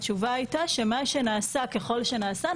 התשובה הייתה שמה שנעשה ככל שנעשה,